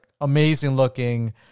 amazing-looking